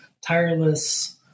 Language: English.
tireless